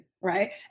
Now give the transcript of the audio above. right